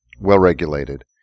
well-regulated